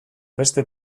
beste